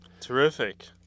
Terrific